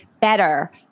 better